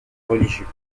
religieux